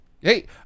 Hey